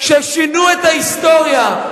ששינו את ההיסטוריה.